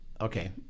Okay